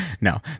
no